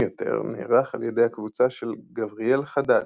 יותר נערך על ידי הקבוצה של גבריאל חדד